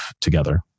together